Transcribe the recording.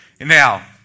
Now